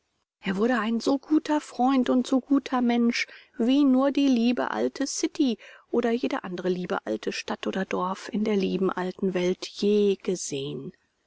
er wurde ein so guter freund und so guter mensch wie nur die liebe alte city oder jede andere liebe alte stadt oder dorf in der lieben alten welt je gesehen